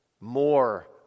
more